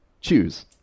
choose